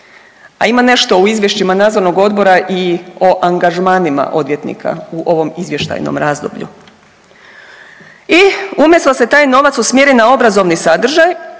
a ima nešto u izvješćima Nadzornog odbora i o angažmanima odvjetnika u ovom izvještajnom razdoblju. I umjesto da se taj novac usmjeri na obrazovni sadržaj